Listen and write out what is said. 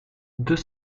deux